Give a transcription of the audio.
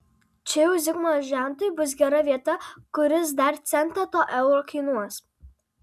čia jau zigmo žentui bus gera vieta kuris dar centą to euro kainuos